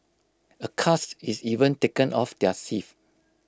A cast is even taken of their thief